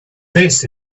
this